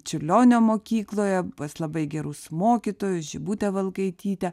čiurlionio mokykloje pas labai gerus mokytojus žibutę valkaitytę